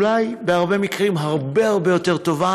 בהרבה מקרים אולי הרבה הרבה יותר טובה